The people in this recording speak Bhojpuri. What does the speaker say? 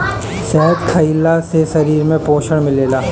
शहद खइला से शरीर में पोषण मिलेला